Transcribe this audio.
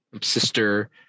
sister